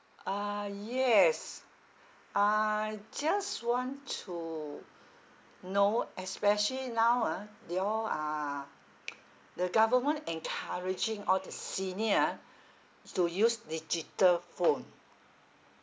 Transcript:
uh yes I just want to know especially now ah they all are the government encouraging all the senior ah to use digital phone